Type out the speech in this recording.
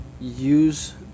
use